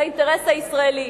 על האינטרס הישראלי,